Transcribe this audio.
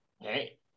hey